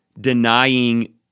denying